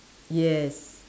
yes